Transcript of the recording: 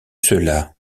cela